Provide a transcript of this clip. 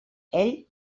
ell